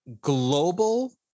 global